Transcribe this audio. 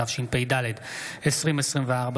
התשפ"ד 2024,